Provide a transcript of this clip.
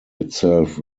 itself